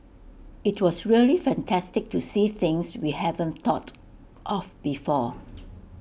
IT was really fantastic to see things we haven't thought of before